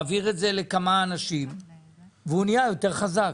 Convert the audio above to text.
מעביר את זה לכמה אנשים ונהיה יותר חזק.